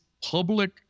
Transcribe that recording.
public